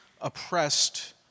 oppressed